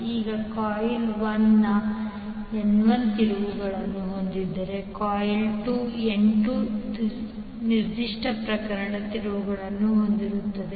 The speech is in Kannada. ಈಗ ಕಾಯಿಲ್ 1 N 1 ತಿರುವುಗಳನ್ನು ಹೊಂದಿದ್ದರೆ ಕಾಯಿಲ್ 2 N 2 ಈ ನಿರ್ದಿಷ್ಟ ಪ್ರಕರಣಕ್ಕೆ ತಿರುವುಗಳನ್ನು ಹೊಂದಿದೆ